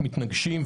מתנגשים,